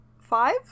five